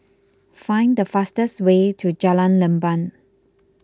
find the fastest way to Jalan Leban